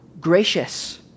gracious